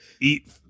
eat